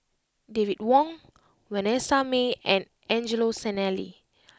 David Wong Vanessa Mae and Angelo Sanelli